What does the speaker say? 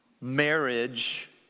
Marriage